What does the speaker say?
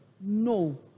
no